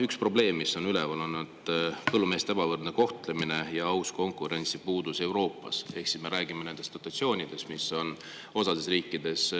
Üks probleem, mis on üleval olnud, on põllumeeste ebavõrdne kohtlemine ja ausa konkurentsi puudus Euroopas. Ehk siis me räägime dotatsioonidest, mis on osa riikides